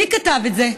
מי כתב את זה?